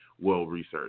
well-researched